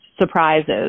surprises